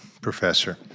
Professor